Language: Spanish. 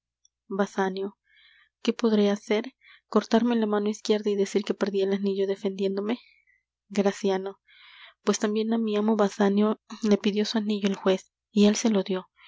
qué podré hacer cortarme la mano izquierda y decir que perdí el anillo defendiéndome graciano pues tambien á mi amo basanio le pidió su anillo el juez y él se lo dió